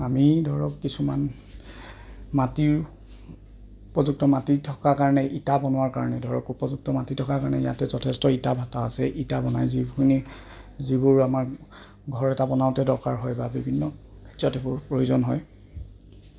আমি ধৰক কিছুমান মাটিৰ উপযুক্ত মাটি থকাৰ কাৰণে ইটা বনোৱাৰ কাৰণে ধৰক উপযুক্ত মাটি থকাৰ কাৰণে ইয়াতে যথেষ্ট ইটা ভাটা আছে ইটা বনাই যিখিনি যিবোৰ আমাৰ ঘৰ এটা বনাওঁতে দৰকাৰ হয় বা বিভিন্ন এইবোৰ প্ৰয়োজন হয়